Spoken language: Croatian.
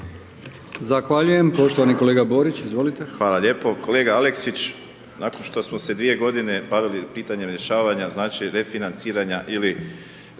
Zahvaljujem. Poštovani kolega Borić, izvolite. **Borić, Josip (HDZ)** Hvala lijepo. Kolega Aleksić nakon što smo se dvije godine bavili pitanjem rješavanja znači refinanciranja ili